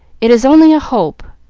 it is only a hope,